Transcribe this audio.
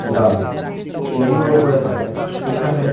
ডাল এগুলোর ওপরে থাকেন সেখানে